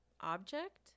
Object